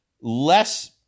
less